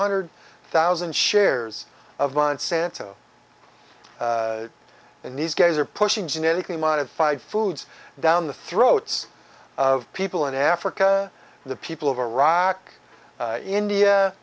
hundred thousand shares of monsanto and these guys are pushing genetically modified foods down the throats of people in africa the people of iraq india